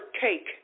cake